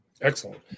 Excellent